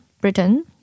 Britain